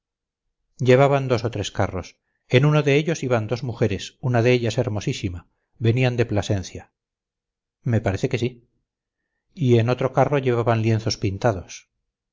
llevaban dos o tres carros en uno de ellos iban dos mujeres una de ellas hermosísima venían de plasencia me parece que sí y en otro carro llevaban lienzos pintados